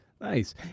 Nice